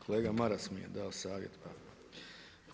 Kolega Maras mi je dao savjet pa.